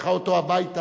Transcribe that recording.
לקחה אותו הביתה.